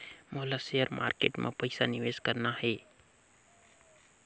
मोला share market मां पइसा निवेश करना हे?